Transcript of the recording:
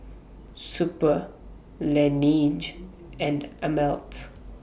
Super Laneige and Ameltz